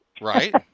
right